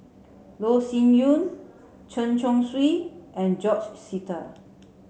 Loh Sin Yun Chen Chong Swee and George Sita